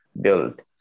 build